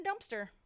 dumpster